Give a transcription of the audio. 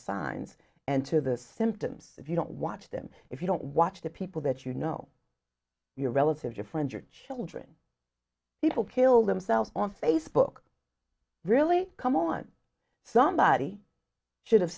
signs and to the symptoms if you don't watch them if you don't watch the people that you know your relatives or friends or children people kill themselves on facebook really come on somebody should have